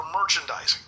merchandising